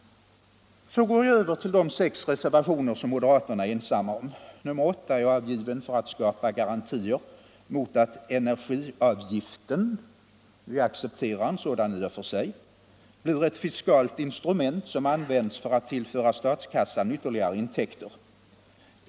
Så går jag över till de sex reservationer som moderaterna är ensamma om. Reservationen 8 är avgiven för att skapa garantier mot att energiavgiften - vi accepterar en sådan i och för sig — blir ett fiskalt instrument som används för att tillföra statskassan ytterligare intäkter.